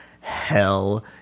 hell